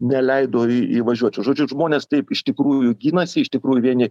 neleido įvažiuot žodžiu žmonės taip iš tikrųjų ginasi iš tikrųjų vieni